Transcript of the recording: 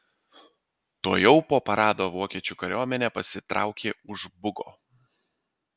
tuojau po parado vokiečių kariuomenė pasitraukė už bugo